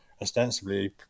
ostensibly